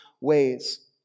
ways